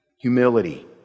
Humility